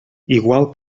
igual